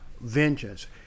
vengeance